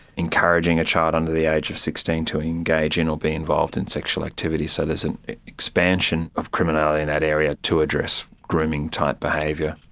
encouraging a child under the age of sixteen to engage in or be involved in sexual activity. so there's an expansion of criminality in that area to address grooming type behaviour.